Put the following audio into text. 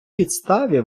підставі